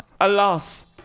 Alas